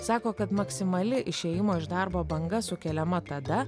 sako kad maksimali išėjimo iš darbo banga sukeliama tada